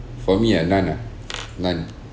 for me ah none ah none